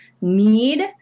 need